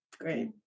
Great